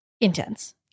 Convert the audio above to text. intense